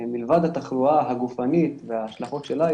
מלבד התחלואה הגופנית וההשלכות שלה,